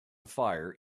fire